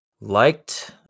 liked